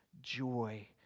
joy